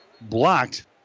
blocked